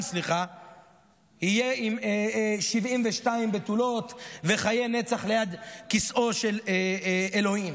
יהיה עם 72 בתולות וחיי נצח ליד כיסאו של אלוהים.